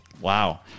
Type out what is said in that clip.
Wow